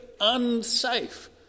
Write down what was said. unsafe